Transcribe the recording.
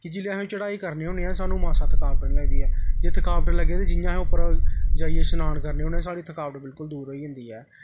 कि जिसलै अस चढ़ाई करने होन्ने आं सानूं मासा थकावट निं लगदी ऐ जे थकावट लग्गै ते जियां अस उप्परों जाइयै श्नान करने होन्ने आं साढ़ी थकानट बिलकुल दूर होई जंदी ऐ